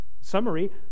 summary